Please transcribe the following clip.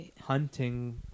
hunting